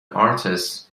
artists